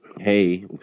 hey